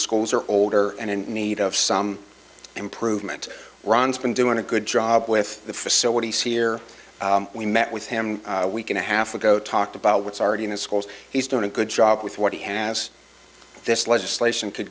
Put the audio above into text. schools are older and in need of some improvement ron's been doing a good job with the facilities here we met with him week and a half ago talked about what's already in the schools he's done a good job with what he has this legislation